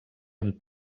amb